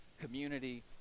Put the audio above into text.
community